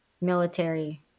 military